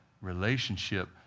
relationship